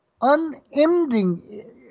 Unending